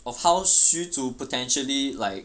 of how 虚竹 potentially like